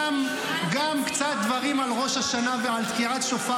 גם קצת דברים על ראש השנה ועל תקיעת שופר,